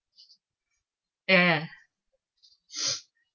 yeah yeah